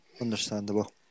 Understandable